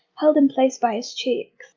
held in place by his cheek,